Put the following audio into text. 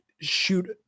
shoot